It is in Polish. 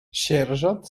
sierżant